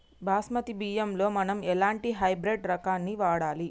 బాస్మతి బియ్యంలో మనం ఎలాంటి హైబ్రిడ్ రకం ని వాడాలి?